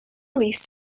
released